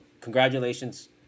congratulations